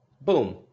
boom